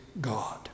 God